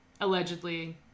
allegedly